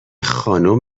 خانم